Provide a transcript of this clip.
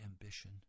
ambition